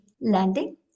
landing